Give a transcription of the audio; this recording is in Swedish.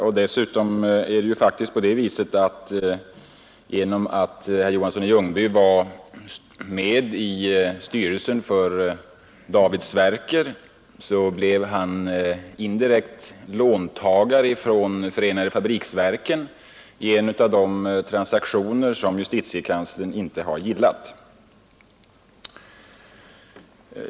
Eftersom herr Johansson varit med i byggnader vid Norrbottens styrelsen för David Sverker blev han t.o.m. indirekt låntagare från förenade fabriksverken i en transaktion som justitiekanslern ogillade.